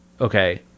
okay